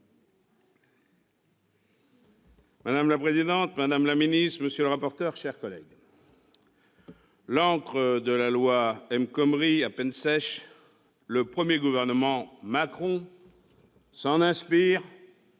Madame la présidente, madame la ministre, monsieur le rapporteur, mes chers collègues, l'encre de la loi El Khomri à peine sèche, le premier gouvernement Macron s'en inspire,